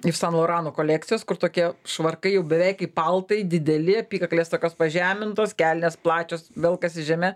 iš san lorano kolekcijos kur tokie švarkai jau beveik kaip paltai dideli apykaklės tokios pažemintos kelnės plačios velkasi žeme